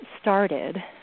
started